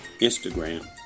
Instagram